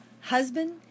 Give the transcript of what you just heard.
Husband